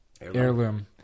heirloom